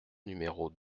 numéro